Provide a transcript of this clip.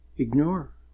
ignore